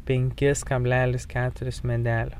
penkis kablelis keturis medelio